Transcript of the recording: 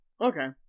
okay